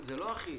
זה לא אחיד.